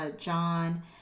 John